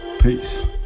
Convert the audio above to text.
peace